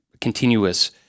continuous